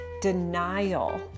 denial